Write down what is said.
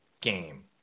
game